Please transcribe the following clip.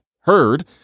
heard